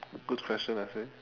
good question I'd say